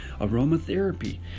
aromatherapy